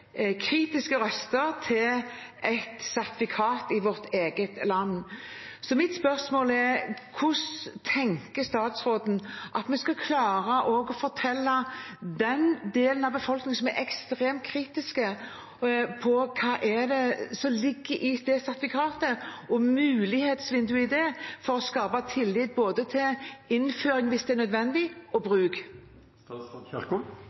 vi skal klare å fortelle den delen av befolkningen som er ekstremt kritisk til hva som ligger i det sertifikatet, om mulighetsvinduet i det, for å skape tillit både til innføring, hvis det er nødvendig, og